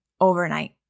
overnight